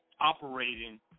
operating